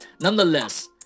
Nonetheless